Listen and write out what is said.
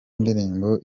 indirimbo